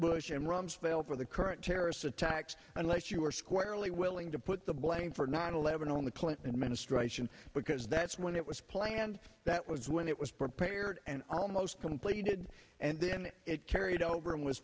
bush and rumsfeld for the current terrorist attacks unless you are squarely willing to put the blame for nine eleven on the clinton administration because that's when it was planned that was when it was prepared and almost completed and then it carried over and was